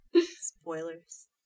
Spoilers